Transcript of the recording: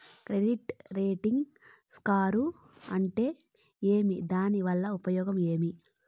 Credit rating score అంటే ఏమి దాని వల్ల ఉపయోగం ఏమి?